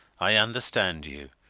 i understand you.